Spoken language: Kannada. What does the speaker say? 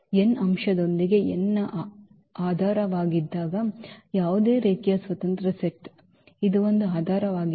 N ಅಂಶದೊಂದಿಗೆ n ನ ವಿ ಆಧಾರವಾಗಿದ್ದಾಗ ಯಾವುದೇ ರೇಖೀಯ ಸ್ವತಂತ್ರ ಸೆಟ್ ಇದು ಒಂದು ಆಧಾರವಾಗಿದೆ